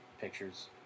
pictures